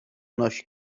nosi